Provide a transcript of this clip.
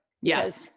Yes